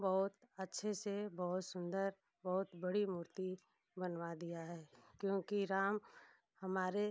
बहुत अच्छे से बहुत सुंदर बहुत बड़ी मूर्ति बनवा दिया है क्योंकि राम हमारे